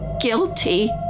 guilty